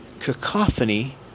cacophony